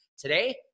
Today